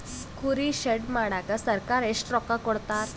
ಕುರಿ ಶೆಡ್ ಮಾಡಕ ಸರ್ಕಾರ ಎಷ್ಟು ರೊಕ್ಕ ಕೊಡ್ತಾರ?